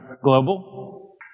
Global